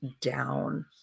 down